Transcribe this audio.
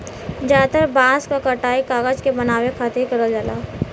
जादातर बांस क कटाई कागज के बनावे खातिर करल जाला